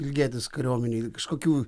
ilgėtis kariuomenėj kažkokių